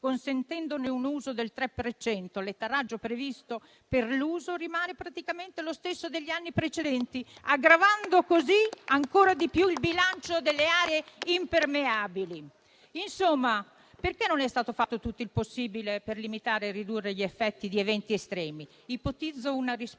consente un uso del 3 per cento? L'ettaraggio previsto per l'uso rimane praticamente lo stesso degli anni precedenti, aggravando così ancora di più il bilancio delle aree impermeabili. Insomma, perché non è stato fatto tutto il possibile per limitare e ridurre gli effetti di eventi estremi? Ipotizzo una risposta: